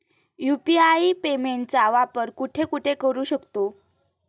UPI पेमेंटचा वापर कुठे कुठे करू शकतो?